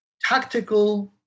tactical